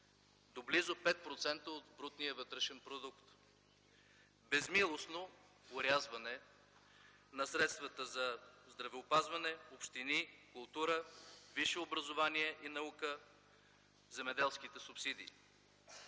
до близо 5% от брутния вътрешен продукт; безмилостно орязване на средствата за здравеопазване, общини, култура, висше образование и наука, земеделските субсидии;